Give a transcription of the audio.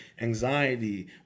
anxiety